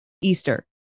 Easter